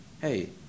hey